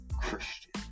Christian